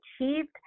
achieved